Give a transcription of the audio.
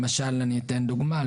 למשל אני אתן דוגמה.